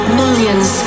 millions